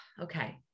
okay